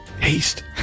haste